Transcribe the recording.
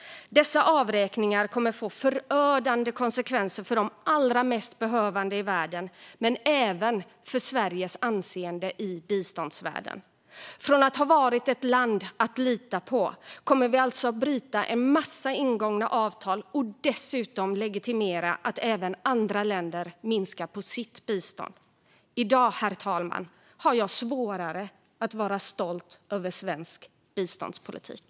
Dessa avräkningar kommer att få förödande konsekvenser för de allra mest behövande i världen men även för Sveriges anseende i biståndsvärlden. Från att ha varit ett land att lita på kommer vi alltså att bryta en massa ingångna avtal och dessutom legitimera att även andra länder minskar på sitt bistånd. Herr talman! I dag har jag svårare att vara stolt över svensk biståndspolitik.